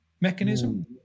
mechanism